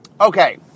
Okay